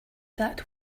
that